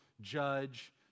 judge